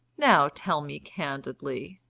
now, tell me candidly,